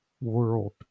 world